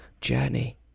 journey